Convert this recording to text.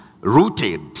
Rooted